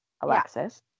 Alexis